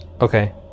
Okay